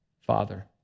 father